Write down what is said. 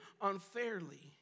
unfairly